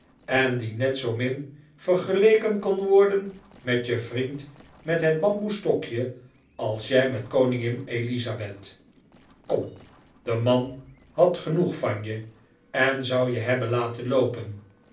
en die net zoomin vergeleken kon worden met je vriend met het bamboesstokje als jij met koningin elizabeth kom de man had genoeg van je en zou je hebben laten loopen